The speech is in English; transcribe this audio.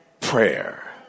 prayer